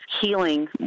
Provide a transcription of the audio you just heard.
healing